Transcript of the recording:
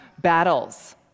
battles